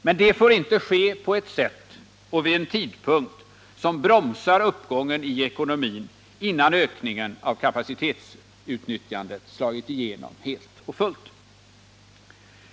Men det får dock inte ske på ett sätt och vid en tidpunkt som bromsar uppgången i ekonomin innan ökningen av kapacitetsutnyttjandet slagit igenom helt och fullt.